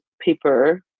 paper